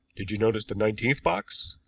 did you notice the nineteenth box?